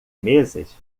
mesas